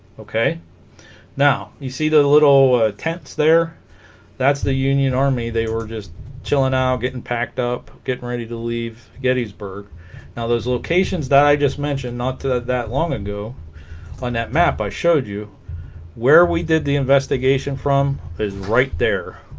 okay now you see the little tents there that's the union army they were just chillin out getting packed up getting ready to leave gettysburg now those locations that i just mentioned not that long ago on that map i showed you where we did the investigation from is right there